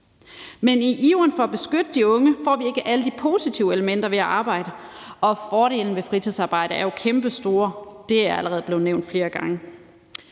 men i iveren efter at beskytte de unge får vi ikke alle de positive elementer ved at arbejde, og fordelene ved fritidsarbejde er jo kæmpestore. Det er allerede blevet nævnt flere gange.